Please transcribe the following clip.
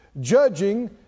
Judging